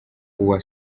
uwa